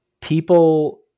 people